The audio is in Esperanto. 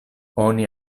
oni